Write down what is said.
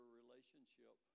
relationship